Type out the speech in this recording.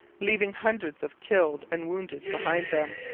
leaving hundreds of killed and wounded behind them.